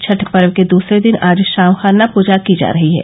छठ पर्व के दूसरे दिन आज शाम खरना पूजा की जा रही है